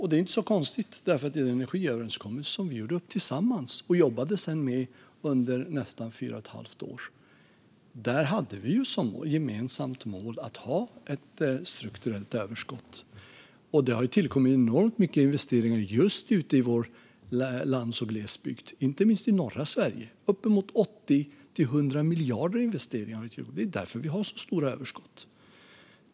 Det är inte så konstigt, för den energiöverenskommelse som vi gjorde tillsammans och jobbade med under nästan fyra och ett halvt år hade som mål att Sverige skulle ha ett strukturellt överskott. Det har tillkommit enormt mycket investeringar i just vår lands och glesbygd, inte minst i norra Sverige. Uppemot 100 miljarder i investeringar har gjorts, och det är därför vi har så stora överskott.